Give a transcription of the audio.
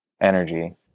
energy